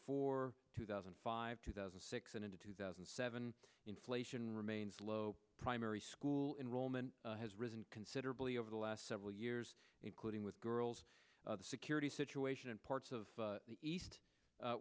four two thousand and five two thousand and six and into two thousand and seven inflation remains low primary school enrollment has risen considerably over the last several years including with girls the security situation in parts of the east